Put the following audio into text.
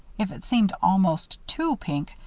if it seemed almost too pink,